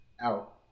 out